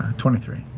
twenty three.